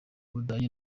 budage